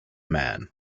man